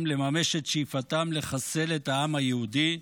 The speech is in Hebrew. לממש את שאיפתם לחסל את העם היהודי,